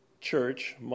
church